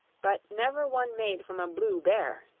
but never one made from a blue bear.